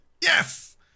Yes